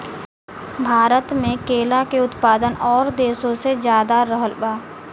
भारत मे केला के उत्पादन और देशो से ज्यादा रहल बा